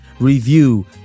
Review